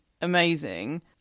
amazing